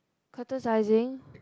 criticizing